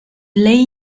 lay